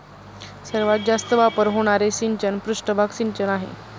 सर्वात जास्त वापर होणारे सिंचन पृष्ठभाग सिंचन आहे